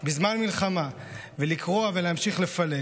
בחוק האחדות בזמן מלחמה ולקרוע ולהמשיך לפלג.